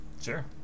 Sure